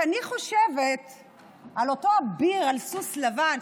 כשאני אני חושבת על אותו אביר על סוס לבן,